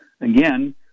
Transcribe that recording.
again